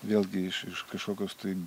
vėl grįš iš kažkokios tai